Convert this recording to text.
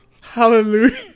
Hallelujah